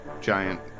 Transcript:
giant